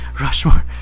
Rushmore